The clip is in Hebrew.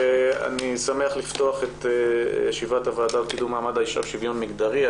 אני שמח לפתוח את ישיבת הוועדה לקידום מעמד האישה ולשוויון מגדרי.